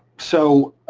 so